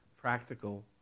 practical